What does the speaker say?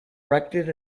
erected